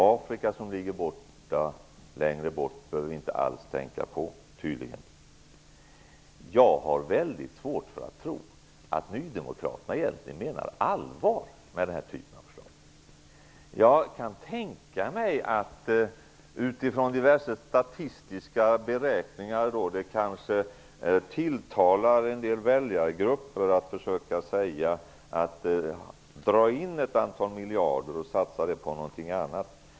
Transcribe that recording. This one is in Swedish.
Afrika, som ligger längre bort, behöver vi tydligen inte alls tänka på. Jag har mycket svårt att tro att nydemokraterna egentligen menar allvar med den här typen av förslag. Jag kan tänka mig att det, utifrån diverse statistiska beräkningar, kanske tilltalar en del väljargrupper att säga att man skall dra in ett antal miljarder och satsa dem på något annat.